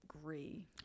agree